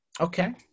Okay